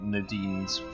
Nadine's